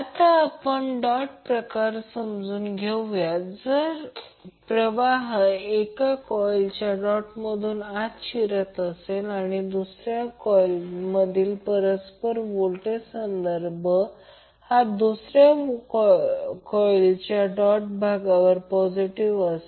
आता आपण डॉट प्रकार समजून घेऊ जर प्रवाह एक कॉइलच्या डॉटमधून आज शिरत असेल तर दुसऱ्या कॉइल मधील परस्पर व्होल्टेज संदर्भ हा दुसऱ्या कॉइलच्या डॉट भागावर पॉजिटिव आहे